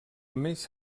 més